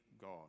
God